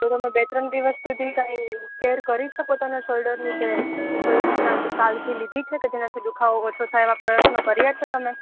શું તમે બે ત્રણ દિવસ સુધી કાઈ કેર કરી છે પોતાના શોલ્ડરની કે કોઈ રીતના કાળજી લીધી છે કે જેનાથી દુખાવો ઓછો થાય એવા પ્રયત્નો કર્યા છે તમે